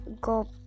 go